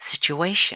situation